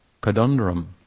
conundrum